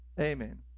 Amen